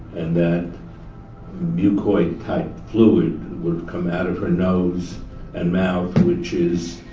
and then mucoid-type fluid would come out of her nose and mouth which is